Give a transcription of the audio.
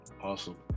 awesome